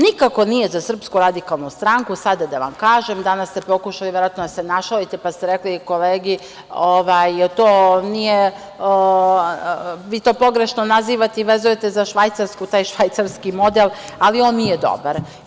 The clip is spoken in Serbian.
Nikako nije za SRS, sada da vam kažem, danas ste pokušali verovatno da se našalite, pa ste rekli kolegi, vi to pogrešno nazivate i vezujete za Švajcarsku, taj švajcarski model, ali on nije dobar.